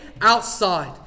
outside